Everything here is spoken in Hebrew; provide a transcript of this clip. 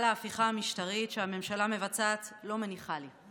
ההפיכה המשטרתית שהממשלה מבצעת לא מניחה לי,